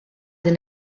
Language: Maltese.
din